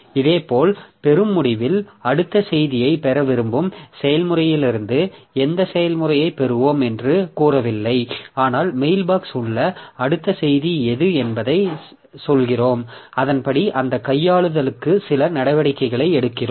இதேபோல் பெறும் முடிவில் அடுத்த செய்தியைப் பெற விரும்பும் செயல்முறையிலிருந்து எந்த செயல்முறையைப் பெறுவோம் என்று கூறவில்லை ஆனால் மெயில்பாக்ஸ் உள்ள அடுத்த செய்தி எது என்பதை சொல்கிறோம் அதன்படி அந்த கையாளுதலுக்கு சில நடவடிக்கைகளை எடுக்கிறோம்